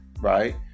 right